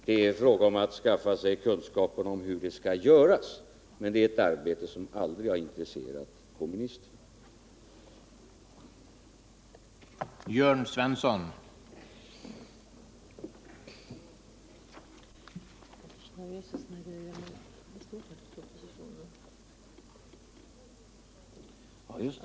Det är fråga om att skaffa sig kunskaper om hur detta skall göras, men det är ett arbete som aldrig har intresserat kommunisterna.